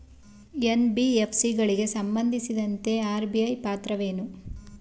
NBFC ಗಳಿಗೆ ಸಂಬಂಧಿಸಿದಂತೆ RBI ಪಾತ್ರವೇನು?